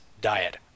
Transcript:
diet